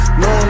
no